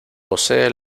posee